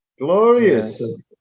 Glorious